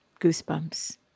goosebumps